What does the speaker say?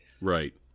right